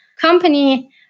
company